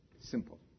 Simple